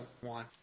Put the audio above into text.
one